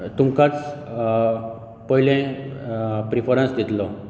तुमकांच पयलें प्रिफरन्स दितलो